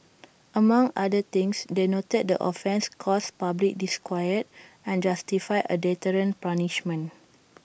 among other things they noted the offence caused public disquiet and justified A deterrent punishment